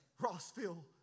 Rossville